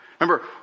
Remember